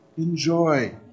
Enjoy